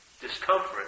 discomfort